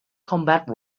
combat